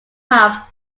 have